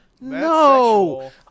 no